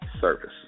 service